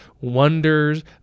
wonders